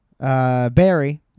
Barry